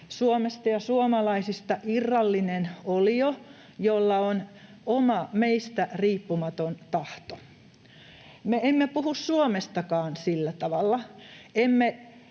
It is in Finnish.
Suomesta ja suomalaisista, irrallinen olio, jolla on oma, meistä riippumaton tahto. Me emme puhu Suomestakaan sillä tavalla.